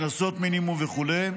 קנסות מינימום וכו';